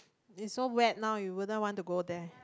there so wet now you wouldn't want to go there